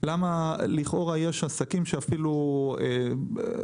למה לכאורה יש עסקים שאפילו זוכים